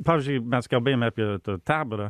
pavyzdžiui mes kalbėjom apie tą teborą